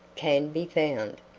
can be found.